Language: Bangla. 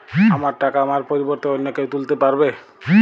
আমার টাকা আমার পরিবর্তে অন্য কেউ তুলতে পারবে?